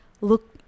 look